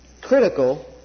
critical